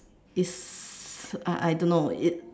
it's I I don't know it